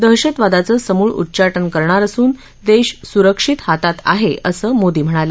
दहशतवादाचं समुळ उच्चाटन करणार असून देश सुरक्षित हातात आहे असं मोदी म्हणाले